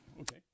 Okay